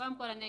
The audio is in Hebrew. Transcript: קודם כול,